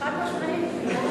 אדוני היושב-ראש, תודה רבה,